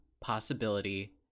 possibility